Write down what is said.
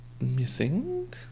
Missing